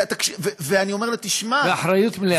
באחריות מלאה.